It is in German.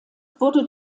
wurde